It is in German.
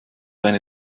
eine